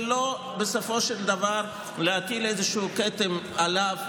ולא להטיל בסופו של דבר איזשהו כתם עליו,